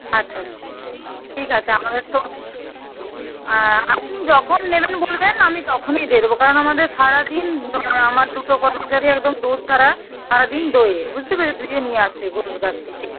আচ্ছা আচ্ছা আচ্ছা ঠিক আছে আপনাদের তো আপনি যখন নেবেন বলবেন আমি তখনই দিয়ে দেবো কারণ আমাদের সারা দিন আমার দুটো কর্মচারী একদম দুধ তারা সারা দিন দোয়ে বুঝতে পেরেছেন দুয়ে নিয়ে আসে গরুর কাছ থেকে